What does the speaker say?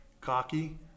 cocky